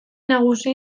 nagusi